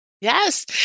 Yes